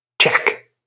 Check